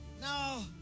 No